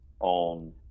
on